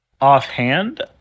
offhand